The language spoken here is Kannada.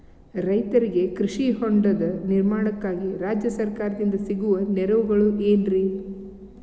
ರೈತರಿಗೆ ಕೃಷಿ ಹೊಂಡದ ನಿರ್ಮಾಣಕ್ಕಾಗಿ ರಾಜ್ಯ ಸರ್ಕಾರದಿಂದ ಸಿಗುವ ನೆರವುಗಳೇನ್ರಿ?